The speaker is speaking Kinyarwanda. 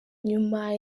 nyuma